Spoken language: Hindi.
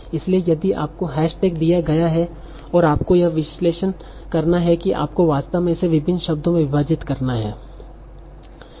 इसलिए यदि आपको हैश टैग दिया गया है और आपको यह विश्लेषण करना है कि आपको वास्तव में इसे विभिन्न शब्दों में विभाजित करना है